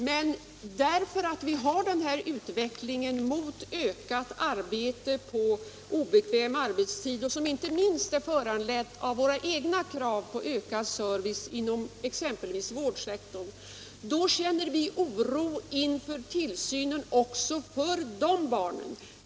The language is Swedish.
Men därför att vi har denna utveckling mot ökat arbete på obekväm arbetstid, som inte minst är föranledd av våra egna krav på ökad service inom exempelvis vårdsektorn, känner vi också oro i fråga om tillsynen av de berörda barnen.